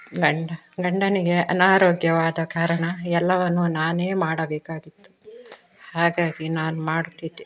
ಗಂಡ ಗಂಡನಿಗೆ ಅನಾರೋಗ್ಯವಾದ ಕಾರಣ ಎಲ್ಲವನ್ನು ನಾನೇ ಮಾಡಬೇಕಾಗಿತ್ತು ಹಾಗಾಗಿ ನಾನು ಮಾಡುತ್ತಿದ್ದೆ